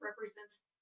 represents